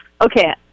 Okay